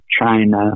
China